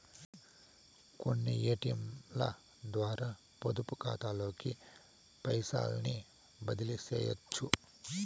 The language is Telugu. కొన్ని ఏటియంలద్వారా పొదుపుకాతాలోకి పైసల్ని బదిలీసెయ్యొచ్చు